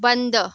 बंद